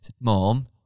mom